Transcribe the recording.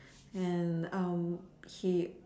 and um he